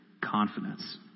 confidence